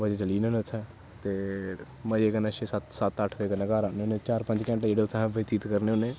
चली जन्ने होनें उत्थें ते मज़े कन्ने छे सत्त अट्ठ बज़े घर आने होने ते चार पंज घैंटें जेह्ड़े उत्थें ब्यतीत करनें होनें